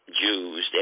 Jews